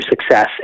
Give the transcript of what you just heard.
success